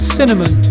Cinnamon